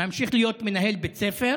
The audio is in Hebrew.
ממשיך להיות מנהל בית ספר